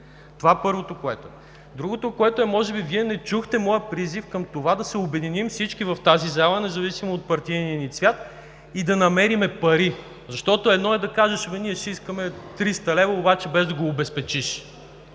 Това е първото. Другото е, че може би Вие не чухте моя призив към това всички да се обединим в тази зала, независимо от партийния ни цвят и да намерим пари. Защото едно е да кажеш – ние ще искаме 300 лв., обаче без да го обезпечиш.